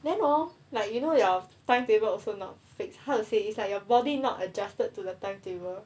then hor like you know your timetable also not fixed how to say it's like your body not adjusted to the timetable